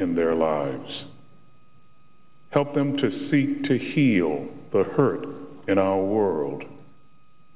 in their lives help them to seek to heal the hurt in our world